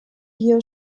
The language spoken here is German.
hier